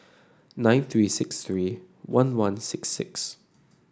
nine three six three one one six six